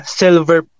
silver